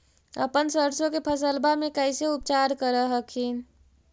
अपन सरसो के फसल्बा मे कैसे उपचार कर हखिन?